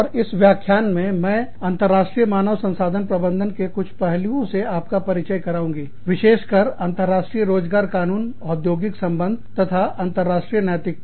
और इस व्याख्यान में मैं अंतर्राष्ट्रीय मानव संसाधन प्रबंधन के कुछ पहलुओं से आपका परिचय करवाऊंगी विशेषकर वैश्विक अंतरराष्ट्रीय रोज़गार कानून औद्योगिक संबंध तथा अंतर्राष्ट्रीय नैतिकता